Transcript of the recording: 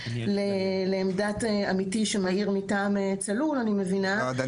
לעמדת עמיתי שמעיר מטעם "צלול" אני מבינה,